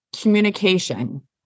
communication